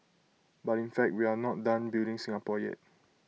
but in fact we are not done building Singapore yet